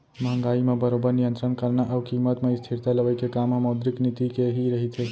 महंगाई म बरोबर नियंतरन करना अउ कीमत म स्थिरता लवई के काम ह मौद्रिक नीति के ही रहिथे